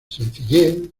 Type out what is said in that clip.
sencillez